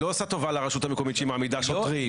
היא לא עושה טובה לרשות המקומית שהיא מעמידה שוטרים.